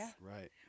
Right